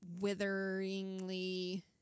witheringly